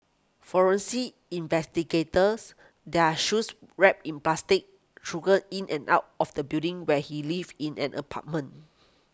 forensic investigators their shoes wrapped in plastic trudged in and out of the building where he lived in an apartment